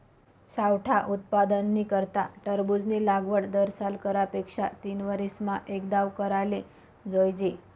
सावठा उत्पादननी करता टरबूजनी लागवड दरसाल करा पेक्षा तीनवरीसमा एकदाव कराले जोइजे